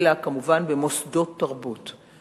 אלא כמובן במוסדות תרבות.